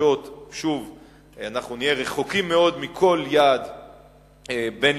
המתחדשות נהיה רחוקים מאוד מכל יעד בין-לאומי,